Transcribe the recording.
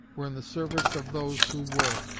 were in the service of those who were,